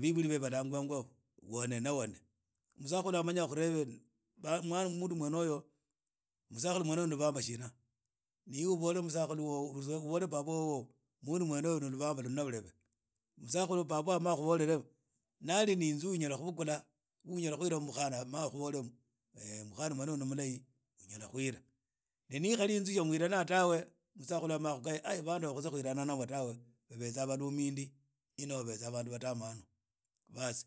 bibuli bebe balangagwa wane na wane musakhule amanye akhulebe musakhule mwene uyu anoho mundu mwene uyo ni ivambo lina na ibe ubole musakhulu wobo obole baba mundu mwene uyu ni luvambo shina ana ibe ubole musakhulu ubole baba wobo musakhulu baba wobo na yenye akhubole ni ali inze unyala khubukhula mukhana na akhubole mukhana uyu ni mulahi unyala khuila n ani ikhali inzu yaw inyala tawe musakhulu unyal khukhukhaya bandu habo khwirana nabo tawe babeza bakumindi inoho babeza bandu badamanu baas.